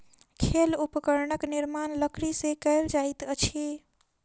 खेल उपकरणक निर्माण लकड़ी से कएल जाइत अछि